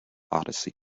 odyssey